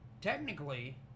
Technically